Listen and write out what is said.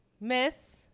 Miss